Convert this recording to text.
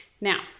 Now